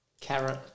Carrot